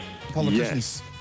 politicians